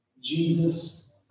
Jesus